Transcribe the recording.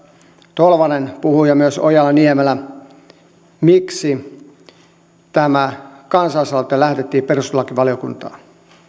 tolvanen puhui ja myös ojala niemelä miksi tämä kansalaisaloite lähetettiin perustuslakivaliokuntaan